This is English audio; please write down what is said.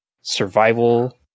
survival